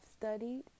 studied